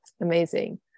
Amazing